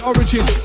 Origin